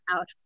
out